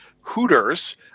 Hooters